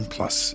Plus